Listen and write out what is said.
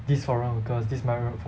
these foreign workers these migrant workers